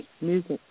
music